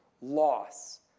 loss